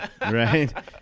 Right